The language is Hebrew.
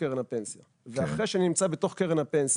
קרן הפנסיה ואחרי שאני נמצא בקרן הפנסיה,